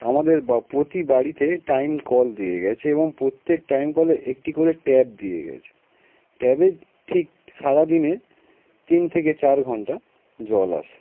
আমাদের বা প্রতি বাড়িতে টাইম কল দিয়ে গেছে এবং প্রত্যেক টাইম কলে একটি করে ট্যাপ দিয়ে গেছে ট্যাপে ঠিক সারাদিনে তিন থেকে চার ঘন্টা জল আসে